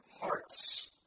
hearts